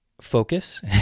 focus